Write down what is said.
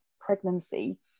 pregnancy